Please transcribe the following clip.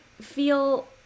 feel